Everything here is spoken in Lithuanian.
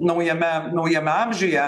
naujame naujame amžiuje